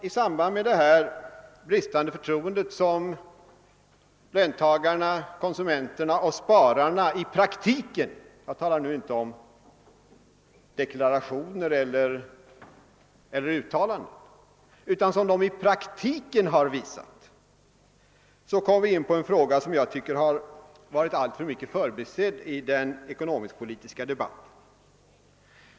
I samband med det bristande förtroende som löntagarna, konsumenterna och spararna i praktiken har visat — jag avser nu inte deklarationer eller uttalanden — kommer vi in på en fråga som jag tycker har varit alltför mycket förbisedd i den ekonomisk-politiska debatten.